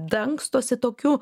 dangstosi tokiu